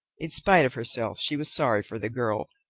in spite of herself she was sorry for the girl,